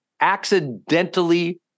accidentally